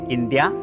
India